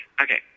Okay